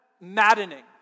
maddening